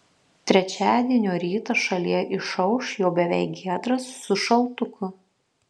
trečiadienio rytas šalyje išauš jau beveik giedras su šaltuku